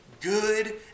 good